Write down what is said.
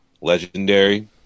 legendary